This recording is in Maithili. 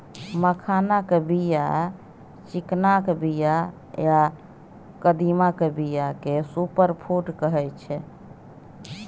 मखानक बीया, चिकनाक बीया आ कदीमाक बीया केँ सुपर फुड कहै छै